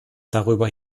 darüber